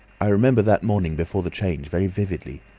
i remember that morning before the change very vividly.